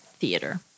theater